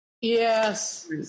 Yes